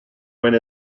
went